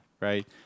right